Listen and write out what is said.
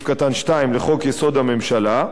לחוק-יסוד: הממשלה.